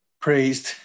praised